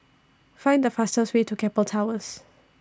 Find The fastest Way to Keppel Towers